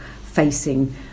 facing